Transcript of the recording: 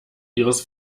ihres